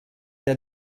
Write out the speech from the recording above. der